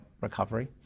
recovery